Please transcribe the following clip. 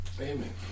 Amen